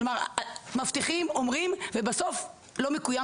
כלומר מבטיחים אומרים ובסוף לא מקויים